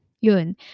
Yun